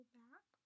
back